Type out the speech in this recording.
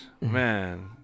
Man